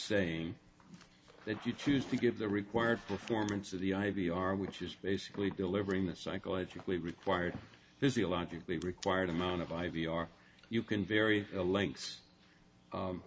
saying that you choose to give the required performance of the i v are which is basically delivering the psychologically required physiologically required amount of i v are you can vary the lengths